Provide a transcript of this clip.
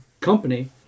company